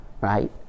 right